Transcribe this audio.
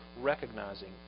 recognizing